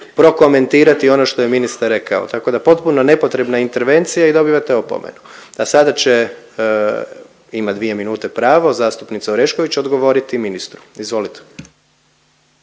prokomentirati ono što je ministar rekao. Tako da potpuno nepotrebna intervencija i dobivate opomenu. A sada će ima dvije minute pravo zastupnica Orešković odgovoriti ministru. Izvolite.